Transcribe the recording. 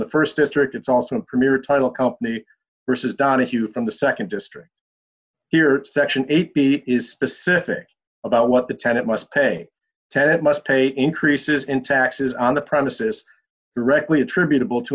the st district it's also a premier title company versus donahue from the nd district here section eight b is specific about what the tenant must pay ten dollars it must pay increases in taxes on the premises directly attributable to